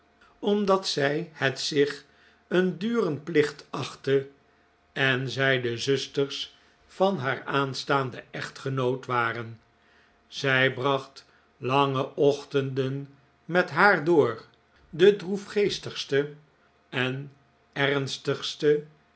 omdat zij het zich een duren plicht achtte en zij de zusters van haar aanstaanden echtgenoot waren zij bracht lange ochtenden met haar door de droefgeestigste en ernstigste